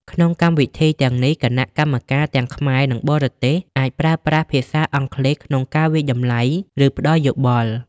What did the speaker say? ក្នុងកម្មវិធីទាំងនេះ គណៈកម្មការទាំងខ្មែរនិងបរទេសអាចប្រើប្រាស់ភាសាអង់គ្លេសក្នុងការវាយតម្លៃ ឬផ្តល់យោបល់។